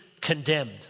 condemned